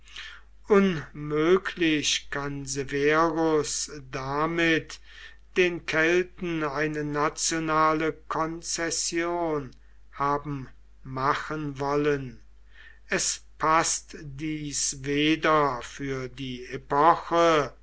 unmöglich kann severus damit den kelten eine nationale konzession haben machen wollen es paßt dies weder für die epoche